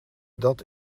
dat